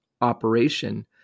operation